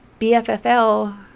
BFFL